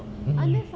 mm